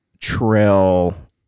trail